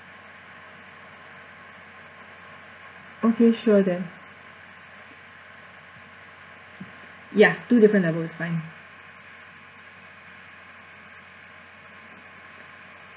okay sure then ya two different level is fine